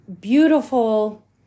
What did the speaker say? beautiful